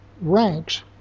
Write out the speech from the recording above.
ranks